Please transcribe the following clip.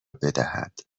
بدهد